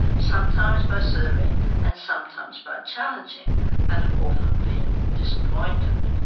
sometimes by serving and sometimes by challenging and have often been disappointed.